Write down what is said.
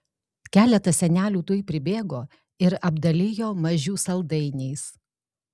keletas senelių tuoj pribėgo ir apdalijo mažių saldainiais